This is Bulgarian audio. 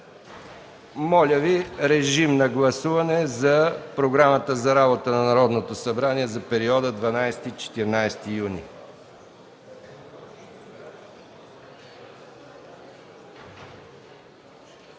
Моля Ви, режим на гласуване за Програмата за работа на Народното събрание за периода 12-14 юни.